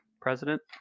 president